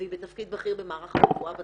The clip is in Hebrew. והיא בתפקיד בכיר במערך הרפואה בצבא,